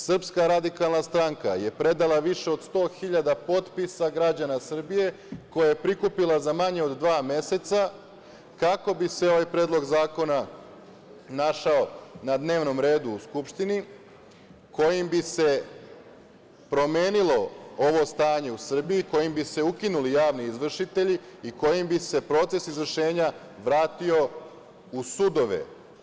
Srpska radikalna stranka je predala više od 100.000 potpisana građana Srbije koje je prikupila za manje od dva meseca, kako bi se ovaj Predlog zakona našao na dnevnom redu u Skupštini, kojim bi se promenilo ovo stanje u Srbiji, kojim bi se ukinuli javni izvršitelji i kojim bi se proces izvršenja vratio u sudove.